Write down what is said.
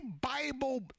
Bible